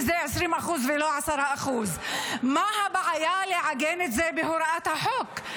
וזה 20% ולא 10%. מה הבעיה לעגן את זה בהוראת החוק?